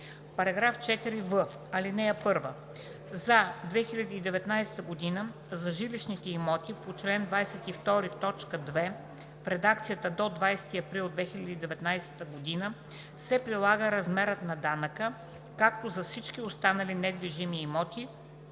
създава § 4в: „§ 4в. (1) За 2019 г. за жилищните имоти по чл. 22, т. 2 в редакцията до 20 април 2019 г. се прилага размерът на данъка както за всички останали недвижими имоти,